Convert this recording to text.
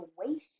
situation